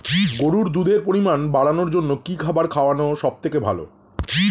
গরুর দুধের পরিমাণ বাড়ানোর জন্য কি খাবার খাওয়ানো সবথেকে ভালো?